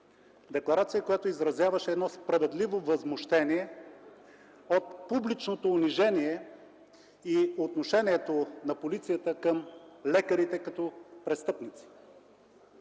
Декларация, която изразяваше едно справедливо възмущение от публичното унижение и отношението на полицията към лекарите като към престъпници,